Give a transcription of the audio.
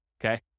okay